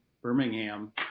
Birmingham